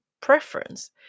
preference